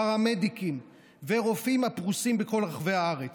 פרמדיקים ורופאים הפרוסים בכל רחבי הארץ.